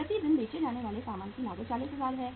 प्रति दिन बेचे जाने वाले सामान की लागत 40000 है